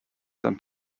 than